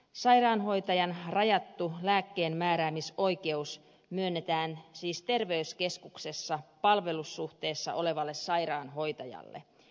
sairaanhoitajan rajattu lääkkeenmääräämisoikeus myönnetään siis terveyskeskuksessa palvelussuhteessa olevalle sairaanhoitajalle